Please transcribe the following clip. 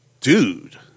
dude